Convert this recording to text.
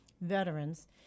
veterans